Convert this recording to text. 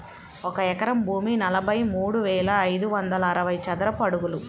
ఒక ఎకరం భూమి నలభై మూడు వేల ఐదు వందల అరవై చదరపు అడుగులు